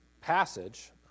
passage